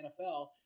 NFL